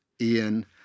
Ian